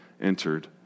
entered